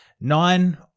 Nine